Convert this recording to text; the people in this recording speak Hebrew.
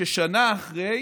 ששנה אחרי,